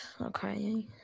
Okay